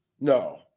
no